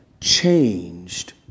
changed